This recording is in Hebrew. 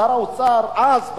שר האוצר אז,